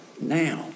now